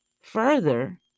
Further